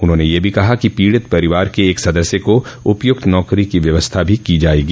उन्होंने यह भी कहा कि पीड़ित परिवार के एक सदस्य को उपयुक्त नौकरी की व्यवस्था भी की जायेगी